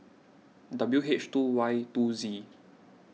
W H two Y two Z